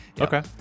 Okay